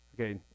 Okay